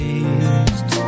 east